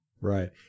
Right